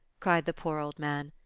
cried the poor old man.